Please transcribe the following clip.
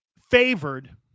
favored